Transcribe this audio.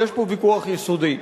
יש פה ויכוח יסודי.